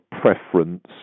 preference